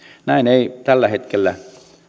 näin ei tällä hetkellä